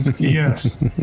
Yes